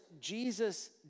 Jesus